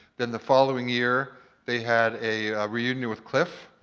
then the following year, they had a reunion with cliff,